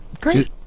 Great